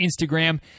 Instagram